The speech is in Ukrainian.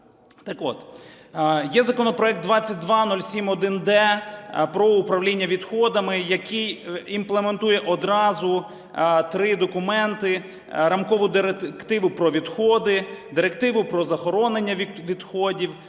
є законопроект 2207-1д про управління відходами, який імплементує одразу три документи: Рамкову директиву про відходи, Директиву про захоронення відходів,